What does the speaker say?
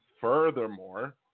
Furthermore